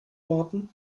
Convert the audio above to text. warten